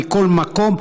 מכל מקום,